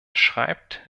schreibt